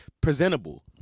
presentable